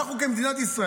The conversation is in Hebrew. אנחנו כמדינת ישראל